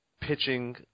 pitching